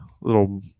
little